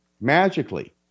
magically